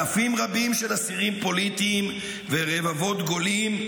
אלפים רבים של אסירים פוליטיים ורבבות גולים,